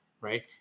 right